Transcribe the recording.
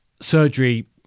Surgery